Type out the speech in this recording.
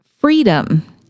Freedom